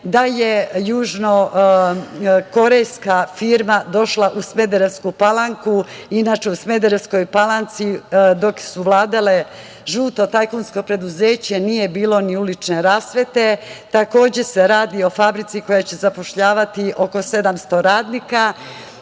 da je južnokorejska firma došla u Smederevsku Palanku. Inače, u Smederevskoj Palanci dok je vladalo žuto tajkunsko preduzeće nije bilo ni ulične rasvete. Radi se o fabrici koja će zapošljavati oko 700 radnika